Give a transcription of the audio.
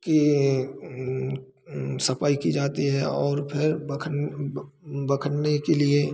की सफाई की जाती है और फिर बखन बखन्नी के लिए